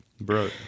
Bro